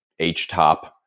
HTOP